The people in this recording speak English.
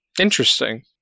Interesting